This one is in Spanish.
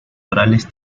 orales